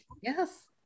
yes